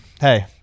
hey